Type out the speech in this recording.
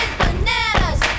bananas